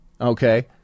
Okay